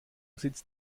sitzt